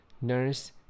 Nurse